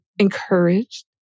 encouraged